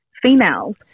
Females